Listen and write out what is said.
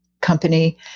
company